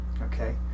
okay